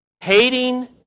hating